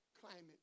climate